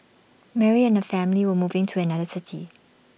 Mary and her family were moving to another city